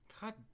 God